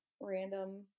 random